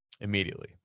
Immediately